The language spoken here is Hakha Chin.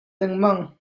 lengmang